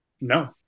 No